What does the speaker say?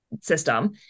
system